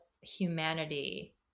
humanity